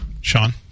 sean